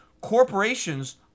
corporations